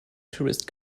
tourist